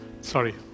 Sorry